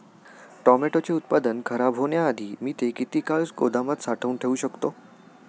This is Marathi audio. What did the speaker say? टोमॅटोचे उत्पादन खराब होण्याआधी मी ते किती काळ गोदामात साठवून ठेऊ शकतो?